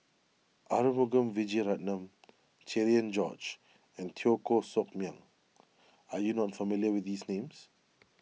Arumugam Vijiaratnam Cherian George and Teo Koh Sock Miang are you not familiar with these names